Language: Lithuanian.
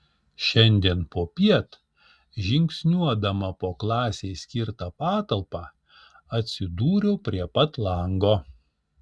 šiandien popiet žingsniuodama po klasei skirtą patalpą atsidūriau prie pat lango